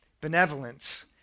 benevolence